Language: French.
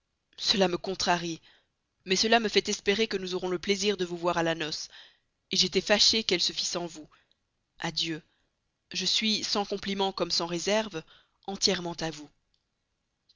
cela me contrarie mais cela me fait espérer que nous aurons le plaisir de vous avoir à la noce j'étais fâchée qu'elle se fît sans vous adieu je suis sans compliment comme sans réserve entièrement à vous